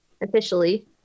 officially